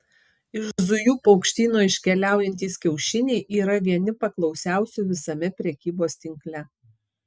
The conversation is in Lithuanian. iš zujų paukštyno iškeliaujantys kiaušiniai yra vieni paklausiausių visame prekybos tinkle